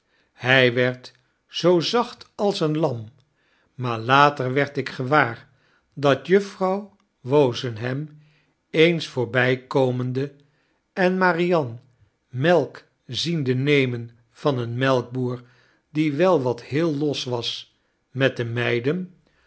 hy werd zoo zacht als een lam maar later werd ik gewaar dat juffrouw wozenham eens voorbijkomende en marianne melk ziende nemen van een melkboer die wel wat heel los was met de meiden